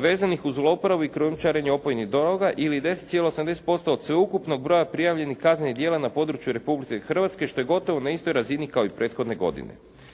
vezanih uz zlouporabu i krijumčarenje opojnih droga ili 10,80% od sveukupnog broja prijavljenih kaznenih djela na području Republike Hrvatske što je gotovo na istoj razini kao i prethodne godine.